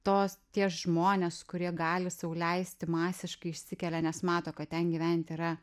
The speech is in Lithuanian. tos tie žmonės kurie gali sau leisti masiškai išsikelia nes mato kad ten gyvent yra